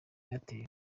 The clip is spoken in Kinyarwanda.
airtel